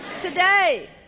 Today